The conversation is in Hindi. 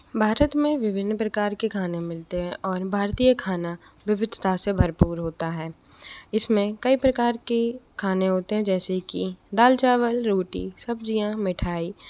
भारत में विभिन्न प्रकार के खाने मिलते हैं और भारतीय खाना विविधता से भरपूर होता है इसमें कई प्रकार के खाने होते हैं जैसे कि दाल चावल रोटी सब्ज़ियाँ मिठाई